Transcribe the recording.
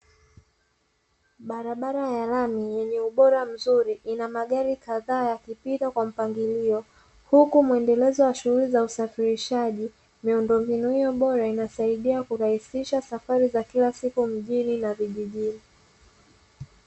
Barabara ya lami yenye ubora mzuri ina magari kadhaa yakipita kwa mpangilio, huku mwendelezo wa shughuli za usafirishaji. Miundombinu hiyo bora inasaidia kurahisisha safari za kila siku mjini na vijijini.